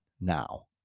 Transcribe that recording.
now